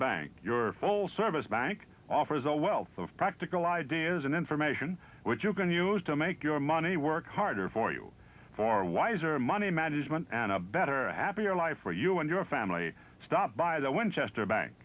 bank your old service bank offers a wealth of practical ideas and information which you can use to make your money work harder for you for wiser money management and a better happier life for you and your family stop by the when chester bank